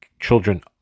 children